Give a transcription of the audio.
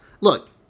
Look